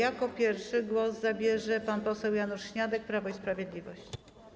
Jako pierwszy głos zabierze pan poseł Janusz Śniadek, Prawo i Sprawiedliwość.